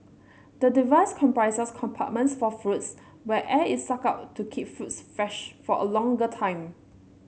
the device comprises compartments for fruits where air is sucked out to keep fruits fresh for a longer time